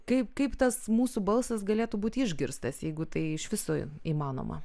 kai kaip tas mūsų balsas galėtų būti išgirstas jeigu tai iš viso įmanoma